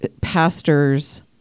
pastors